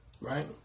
right